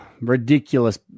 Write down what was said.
Ridiculous